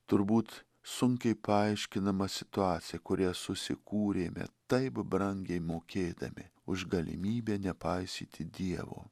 turbūt sunkiai paaiškinama situacija kurią susikūrėme taip brangiai mokėdami už galimybę nepaisyti dievo